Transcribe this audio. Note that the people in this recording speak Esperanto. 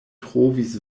trovis